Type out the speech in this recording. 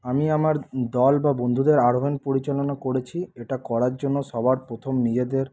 আমি আমার দল বা বন্ধুদের আরোহন পরিচালনা করেছি এটা করার জন্য সবার প্রথম নিজেদের